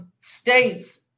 states